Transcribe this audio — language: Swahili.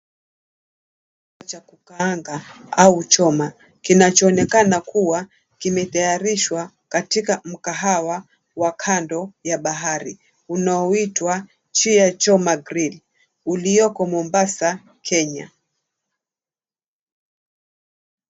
Cha kukaanga au choma, kinachoonekana kuwa kimetayarishwa katika mkahawa wa kando ya bahari, unaoitwa Chie Choma Grill, ulioko Mombasa Kenya.